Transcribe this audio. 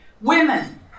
women